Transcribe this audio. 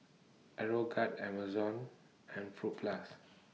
Aeroguard Amazon and Fruit Plus